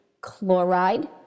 chloride